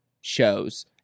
shows